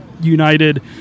united